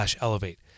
Elevate